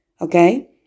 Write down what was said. Okay